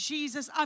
Jesus